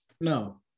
No